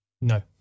No